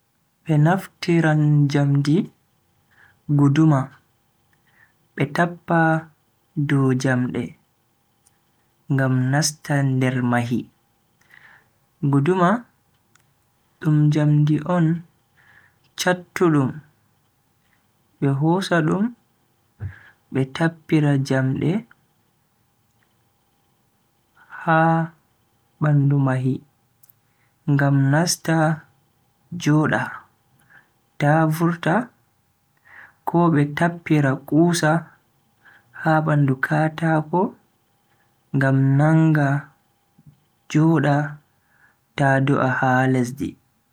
Be naftiran jamdi guduma be tappa dow jamde ngam nasta nder mahi. Guduma dum njamdi on chattudum be hosa dum be tappira jamde ha bandu mahi ngam nasta joda ta vurta ko betappira kusa ha bandu kataako ngam nanga joda ta do'a ha lesdi.